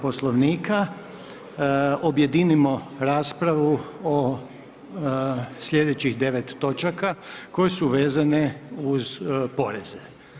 Poslovnika objedinimo raspravu o slijedećih 9 točaka koje su vezane uz poreze.